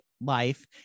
life